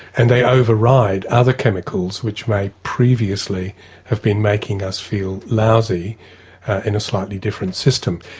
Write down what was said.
and they over-ride other chemicals which may previously have been making us feel lousy in a slightly different system.